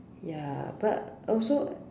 ya but also